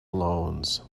loans